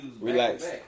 Relax